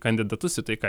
kandidatus į tai ką